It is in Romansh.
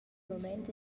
mument